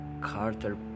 carter